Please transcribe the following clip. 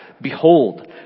Behold